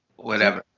whatever.